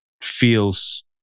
feels